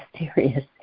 mysterious